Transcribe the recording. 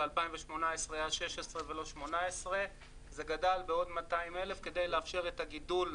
ב-2018 היה 16 ולא 18. זה גדל בעוד 200 אלף כדי לאפשר את הגידול,